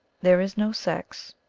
there is no sex,